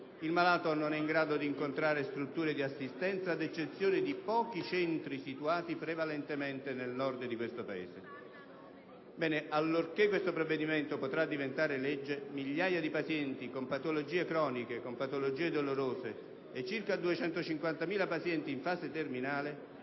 attualmente non è in grado di incontrare strutture di assistenza, ad eccezione di pochi centri situati prevalentemente nel Nord del Paese. Allorché questo provvedimento potrà diventare legge, migliaia di pazienti con patologie croniche o dolorose e circa 250.000 pazienti in fase terminale